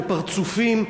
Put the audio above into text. בפרצופים.